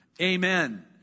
Amen